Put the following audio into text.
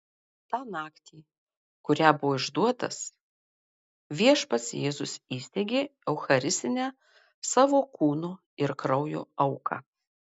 tą naktį kurią buvo išduotas viešpats jėzus įsteigė eucharistinę savo kūno ir kraujo auką